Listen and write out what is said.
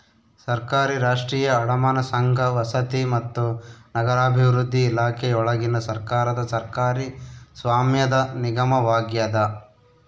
ಸರ್ಕಾರಿ ರಾಷ್ಟ್ರೀಯ ಅಡಮಾನ ಸಂಘ ವಸತಿ ಮತ್ತು ನಗರಾಭಿವೃದ್ಧಿ ಇಲಾಖೆಯೊಳಗಿನ ಸರ್ಕಾರದ ಸರ್ಕಾರಿ ಸ್ವಾಮ್ಯದ ನಿಗಮವಾಗ್ಯದ